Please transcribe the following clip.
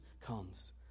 comes